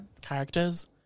characters